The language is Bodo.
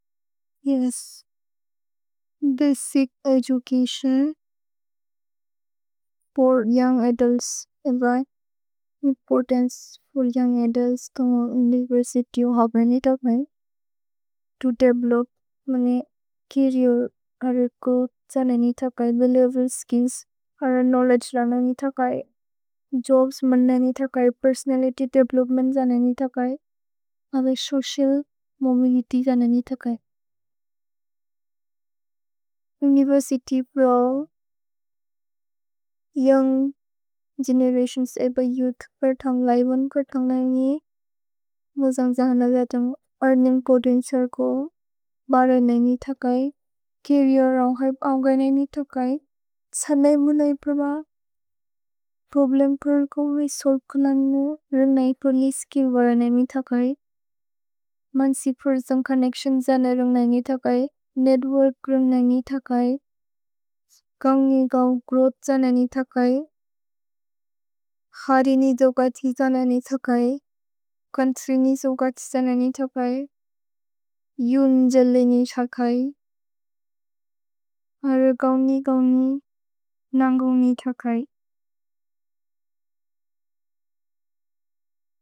Yes, basic education for young adults एव। Importance for young adults to university ओ हबेने थकय्। तो देवेलोप्, मने चरीर् हरेर् को जनेने थकय्। भेलिएवेर् स्किल्ल्स् हरेर् क्नोव्लेद्गे लनेने थकय्। जोब्स् मनेने थकय्। पेर्सोनलित्य् देवेलोप्मेन्त् जनेने थकय्। अवे सोचिअल् मोबिलित्य् जनेने थकय्। उनिवेर्सित्य् प्रो योउन्ग् गेनेरतिओन्स् एव योउथ् पेर् थन्ग् लैवोन् पेर् थन्ग् लनेने। मुजन्ग् जहन लतम् एअर्निन्ग् च्रेदेन्तिअल् को बरने नेने थकय्। छरीर् रोन्ग् हर्प् औन्गने नेने थकय्। त्सनय् मुनय् प्रब प्रोब्लेम् प्रोर् को वे सोल्वे को लनेने। रने पोलिचे स्किल्ल् वरने नेने थकय्। मन्सि पेर्सोन् चोन्नेच्तिओन् जनेने रोन्गने नेने थकय्। नेत्वोर्क् रोन्गने नेने थकय्। गौन्गि गौन्ग् ग्रोव्थ् जनेने थकय्। हरिनि जोगति जनेने थकय्। क्वन्त्रिनि जोगति जनेने थकय्। युन् जेलेने थकय्। अरो गौन्गि गौन्गि नन्गोने थकय्।